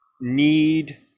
need